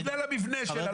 בגלל המבנה שלה,